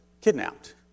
kidnapped